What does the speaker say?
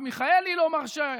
ומרב מיכאלי לא מרשה,